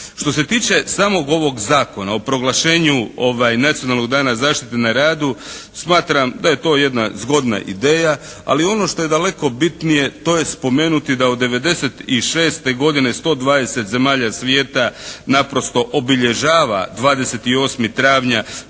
Što se tiče samog ovog Zakona o proglašenju Nacionalnog dana zaštite na radu smatram da je to jedna zgodna ideja. Ali ono što je daleko bitnije to je spomenuti da od '96. godine 120 zemalja svijeta naprosto obilježava 28. travnja